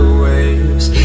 waves